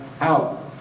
out